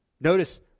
Notice